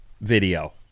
video